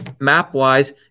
map-wise